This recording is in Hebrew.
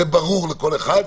זה ברור לכל אחד,